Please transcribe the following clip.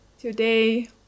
today